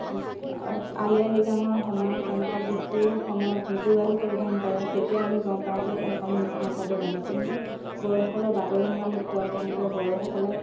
আলি আই লিগাঙৰ সময়ত তেওঁলোকে বিহু সময়ত মিপুগালু পৰিধান কৰে তেতিয়া আমি গম পাওঁ যে এইসকল মিচিং সম্প্ৰদায়ৰ মানুহ যেনেকৈ বড়োসকলৰ বাগৰুম্বা নৃত্য তেওঁলোকে বড়োসকলে